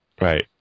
Right